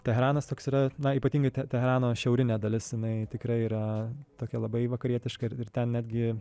teheranas toks yra ypatingai teherano šiaurinė dalis jinai tikrai yra tokia labai vakarietiška ir ten netgi